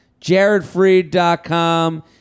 jaredfreed.com